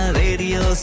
radio